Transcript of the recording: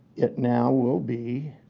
it now will be,